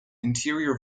interior